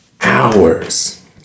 hours